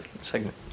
segment